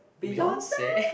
Beyonce